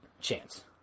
Chance